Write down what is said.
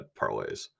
parlays